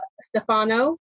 Stefano